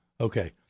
okay